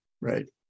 Right